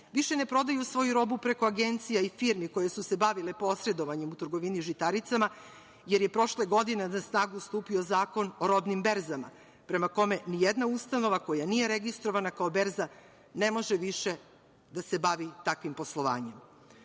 više ne prodaju svoju robu preko agencija i firmi koje su se bavile posredovanjem u trgovini žitaricama, jer je prošle godine na snagu stupio Zakon o robnim berzama, prema kome nijedna ustanova koja nije registrovana kao berza ne može više da se bavi takvim poslovanjem.